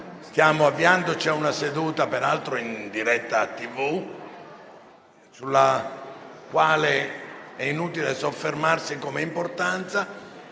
allo svolgimento di una seduta, peraltro in diretta TV, sulla quale è inutile soffermarsi come importanza.